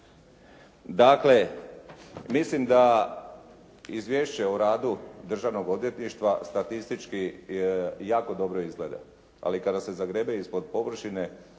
Dakle, mislim da izvješće o radu Državnog odvjetništva statistički jako dobro izgleda, ali kada se zagrebe ispod površine,